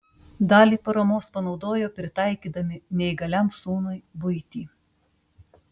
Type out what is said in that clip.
dalį paramos panaudojo pritaikydami neįgaliam sūnui buitį